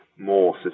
more